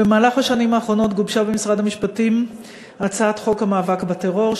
במהלך השנים האחרונות גובשה במשרד המשפטים הצעת חוק המאבק בטרור,